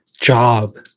job